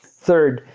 third,